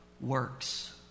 works